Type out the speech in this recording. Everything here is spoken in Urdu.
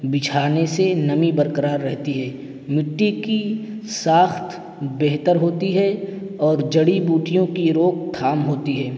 بچھانے سے نمی برقرار رہتی ہے مٹی کی ساخت بہتر ہوتی ہے اور جڑی بوٹیوں کی روک تھام ہوتی ہے